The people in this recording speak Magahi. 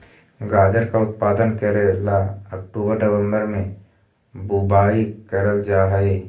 गाजर का उत्पादन करे ला अक्टूबर नवंबर में बुवाई करल जा हई